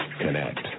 Connect